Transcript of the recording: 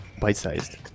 Bite-sized